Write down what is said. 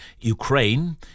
Ukraine